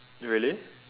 really